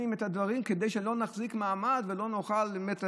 את הדברים כדי שלא נחזיק מעמד ולא נוכל באמת,